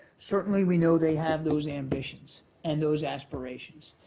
certainly we know they have those ambitions and those aspirations,